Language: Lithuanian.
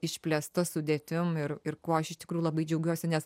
išplėsta sudėtim ir ir kuo aš iš tikrųjų labai džiaugiuosi nes